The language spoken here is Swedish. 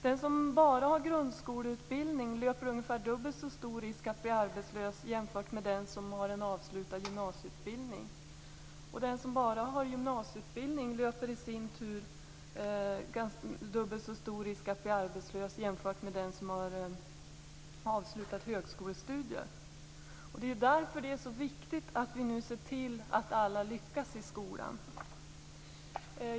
Den som bara har grundskoleutbildning löper ungefär dubbelt så stor risk att bli arbetslös jämfört med den som har en avslutad gymnasieutbildning. Den som bara har gymnasieutbildning löper i sin tur dubbelt så stor risk att bli arbetslös jämfört med den som har avslutat högskolestudier. Därför är det så viktigt att vi nu ser till att alla lyckas i skolan.